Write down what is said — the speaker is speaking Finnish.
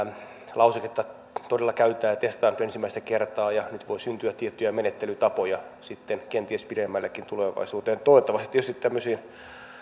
lauseketta todella käytetään ja testataan nyt ensimmäistä kertaa ja nyt voi syntyä tiettyjä menettelytapoja sitten kenties pidemmällekin tulevaisuuteen toivottavasti tietysti tämmöisiin